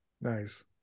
Nice